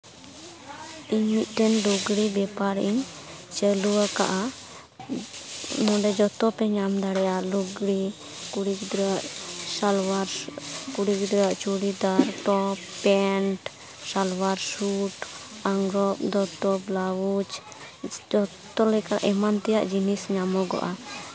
ᱤᱧ ᱢᱤᱫᱴᱮᱱ ᱞᱩᱜᱽᱲᱤ ᱵᱮᱯᱟᱨᱤᱧ ᱪᱟᱹᱞᱩᱣᱟᱠᱟᱜᱼᱟ ᱱᱚᱰᱮ ᱡᱚᱛᱚ ᱯᱮ ᱧᱟᱢ ᱫᱟᱲᱮᱭᱟᱜᱼᱟ ᱞᱩᱜᱽᱲᱤ ᱠᱩᱲᱤ ᱜᱤᱫᱽᱨᱟᱹᱣᱟᱜ ᱥᱟᱞᱣᱟᱨ ᱠᱩᱲᱤ ᱜᱤᱫᱽᱨᱟᱹᱣᱟᱜ churidar top pant salwar suit ᱟᱜᱽᱨᱚᱯ ᱫᱚᱛᱚ ᱵᱞᱟᱣᱩᱡᱽ ᱡᱚᱛᱚᱞᱮᱠᱟ ᱮᱢᱟᱱ ᱛᱮᱭᱟᱜ ᱡᱤᱱᱤᱥ ᱧᱟᱢᱚᱜᱚᱜᱼᱟ